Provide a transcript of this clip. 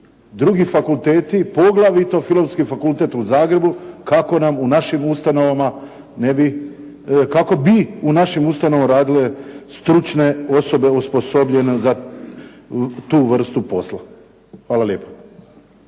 drugi fakulteti poglavito Filozofski fakultet u Zagrebu kako bi u našim ustanovama radile stručne osobe osposobljene za tu vrstu posla. Hvala lijepa.